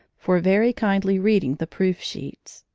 for very kindly reading the proof-sheets.